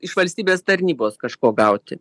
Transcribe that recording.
iš valstybės tarnybos kažko gauti